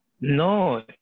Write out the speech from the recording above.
No